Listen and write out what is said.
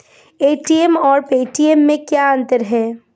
ATM और Paytm में क्या अंतर है?